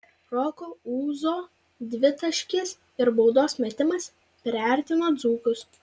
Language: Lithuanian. roko ūzo dvitaškis ir baudos metimas priartino dzūkus